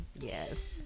yes